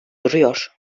duruyor